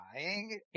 trying